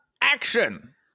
action